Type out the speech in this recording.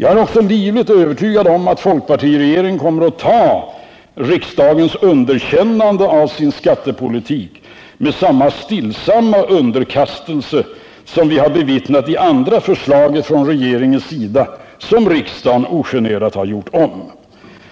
Jag är också livligt övertygad om att folkpartiregeringen kommer att ta riksdagens underkännande av dess skattepolitik med samma stillsamma underkastelse som vi har bevittnat vid andra förslag från regeringens sida som riksdagen ogenerat har gjort om.